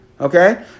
okay